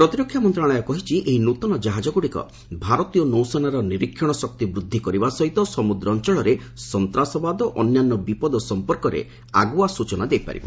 ପ୍ରତିରକ୍ଷା ମନ୍ତ୍ରଣାଳୟ କହିଛି ଏହି ନୂତନ ଜାହାଜଗୁଡିକ ଭାରତୀୟ ନୌସେନାର ନିରୀକ୍ଷଣ ଶକ୍ତି ବୃଦ୍ଧି କରିବା ସହିତ ସମୁଦ୍ର ଅଞ୍ଚଳରେ ସନ୍ତାସବାଦ ଓ ଅନ୍ୟାନ୍ୟ ବିପଦ ସମ୍ପର୍କରେ ଆଗୁଆ ସ୍ଟଚନା ଦେଇପାରିବ